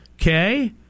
okay